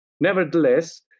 Nevertheless